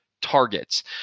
targets